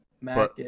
Mac